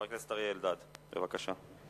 חבר הכנסת אלדד, בבקשה.